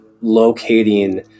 locating